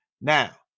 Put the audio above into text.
Now